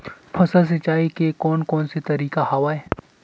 फसल सिंचाई के कोन कोन से तरीका हवय?